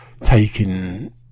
taking